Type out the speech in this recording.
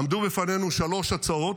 עמדו בפנינו שלוש הצעות.